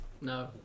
No